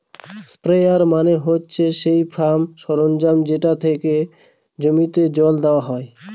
sprayer মানে হচ্ছে সেই ফার্ম সরঞ্জাম যাতে করে জমিতে জল দেওয়া হয়